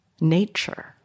nature